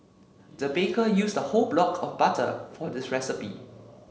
the baker used a whole block of butter for this recipe